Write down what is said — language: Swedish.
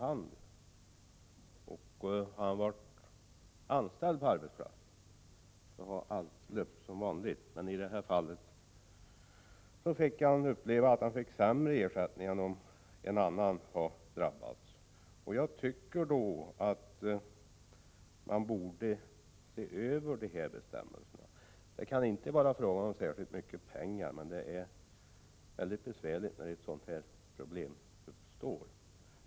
Hade också han varit anställd på arbetsplatsen skulle allt ha löpt som vanligt, men nu fick han uppleva att han fick sämre ersättning än någon av de andra skulle ha fått. Jag tycker mot den bakgrunden att de här bestämmelserna borde ses över. Det kan inte vara fråga om särskilt mycket pengar, men det är mycket besvärligt när ett sådant här problem uppstår.